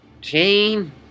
Jane